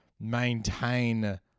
maintain